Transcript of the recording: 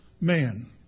man